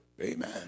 Amen